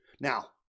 Now